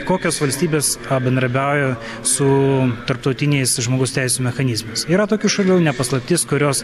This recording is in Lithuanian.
kokios valstybės bendradarbiauja su tarptautiniais žmogaus teisių mechanizmais yra tokių šalių ne paslaptis kurios